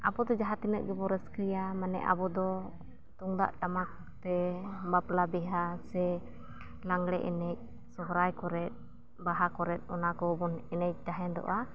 ᱟᱵᱚ ᱫᱚ ᱡᱟᱦᱟᱸ ᱛᱤᱱᱟᱹᱜ ᱜᱮᱵᱚᱱ ᱨᱟᱹᱥᱠᱟᱹᱭᱟ ᱢᱟᱱᱮ ᱟᱵᱚᱫᱚ ᱛᱩᱢᱫᱟᱜ ᱴᱟᱢᱟᱠᱛᱮ ᱵᱟᱯᱞᱟᱼᱵᱤᱦᱟᱹ ᱥᱮ ᱞᱟᱜᱽᱬᱮ ᱮᱱᱮᱡ ᱥᱚᱦᱨᱟᱭ ᱠᱚᱨᱮ ᱵᱟᱦᱟ ᱠᱚᱨᱮ ᱚᱱᱟ ᱠᱚᱵᱚᱱ ᱮᱱᱮᱡ ᱛᱟᱦᱮᱸᱫᱚᱜᱼᱟ